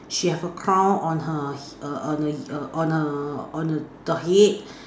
she have a crown on her h~ err on her on her on her the head